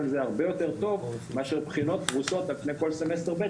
אבל זה הרבה יותר טוב מאשר בחינות פרוסות על פני כל סמסטר ב'.